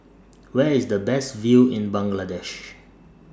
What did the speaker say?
Where IS The Best View in Bangladesh